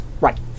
Right